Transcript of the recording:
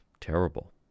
terrible